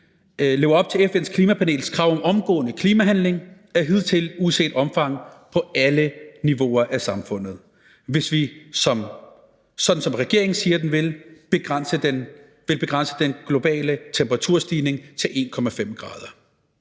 lever op til FN's klimapanels krav om omgående klimahandling af hidtil uset omfang på alle niveauer af samfundet, hvis vi, sådan som regeringen siger, den vil, vil begrænse den globale temperaturstigning til 1,5 grader